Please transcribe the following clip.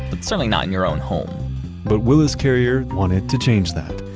but certainly not in your own home but willis carrier wanted to change that.